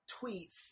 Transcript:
tweets